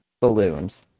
balloons